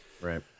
Right